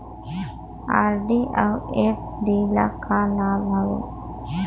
RD अऊ FD ल का लाभ हवे?